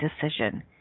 decision